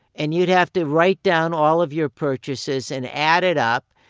and you'd have to write down all of your purchases and add it up.